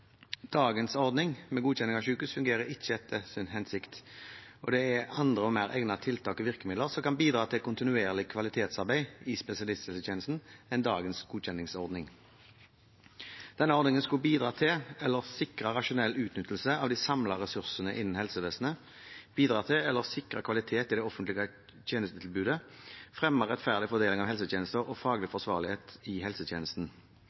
Dagens ordning for godkjenning av sykehus fungerer ikke etter hensikten. Det er andre og mer egnede tiltak og virkemidler som kan bidra til kontinuerlig kvalitetsarbeid i spesialisthelsetjenesten, enn dagens godkjenningsordning. Denne ordningen skulle bidra til eller sikre rasjonell utnyttelse av de samlede ressursene innen helsevesenet, bidra til eller sikre kvalitet i det offentlige tjenestetilbudet og fremme rettferdig fordeling av helsetjenester og faglig forsvarlighet i helsetjenesten.